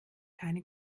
keine